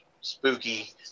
spooky